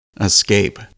Escape